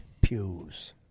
Pews